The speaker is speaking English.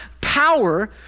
power